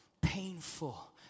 painful